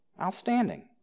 Outstanding